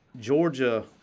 Georgia